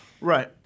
Right